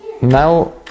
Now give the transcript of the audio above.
Now